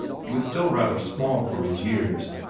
he was still rather small for his years,